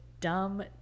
dumb